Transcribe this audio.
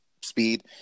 speed